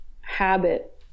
habit